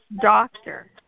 doctor